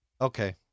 Okay